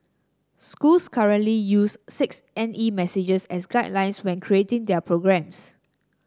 schools currently use six N E messages as guidelines when creating their programmes